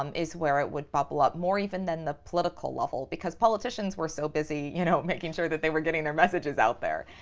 um is where it would bubble up more even than the political level because politicians were so busy you know making sure that they were getting their messages out there.